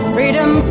Freedom